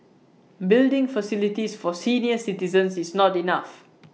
building facilities for senior citizens is not enough